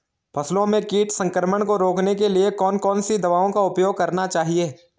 फसलों में कीट संक्रमण को रोकने के लिए कौन कौन सी दवाओं का उपयोग करना चाहिए?